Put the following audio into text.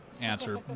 answer